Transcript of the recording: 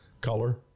color